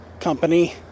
company